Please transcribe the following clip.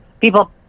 People